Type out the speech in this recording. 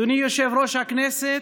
אדוני יושב-ראש הכנסת,